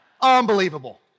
Unbelievable